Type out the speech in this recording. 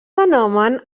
fenomen